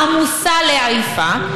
העמוסה לעייפה.